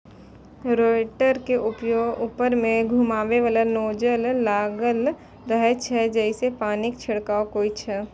rotator के ऊपर मे घुमैबला नोजल लागल रहै छै, जइसे पानिक छिड़काव होइ छै